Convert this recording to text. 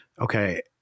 Okay